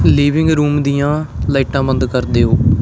living room ਦੀਆਂ ਲਾਈਟਾਂ ਬੰਦ ਕਰ ਦਿਓ